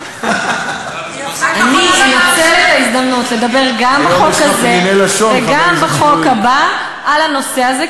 אני אנצל את ההזדמנות לדבר גם בחוק הזה וגם בחוק הבא על הנושא הזה,